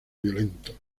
violento